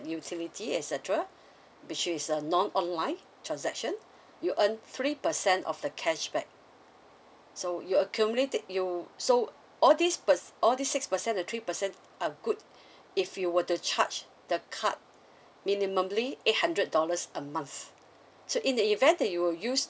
utility et cetera which is uh non online transaction you earn three percent of the cashback so you accumulate to you so all these perc~ all these six percent the three percent are good if you were to charge the card minimally eight hundred dollars a month so in the event that you will use